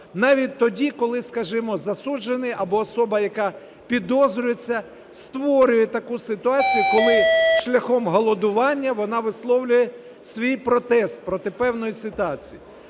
Навіть тоді, коли, скажімо, засуджений або особа, яка підозрюється, створює таку ситуацію, коли шляхом голодування вона висловлює свій протест проти певної ситуації.